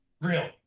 Real